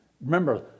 Remember